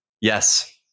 Yes